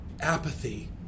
apathy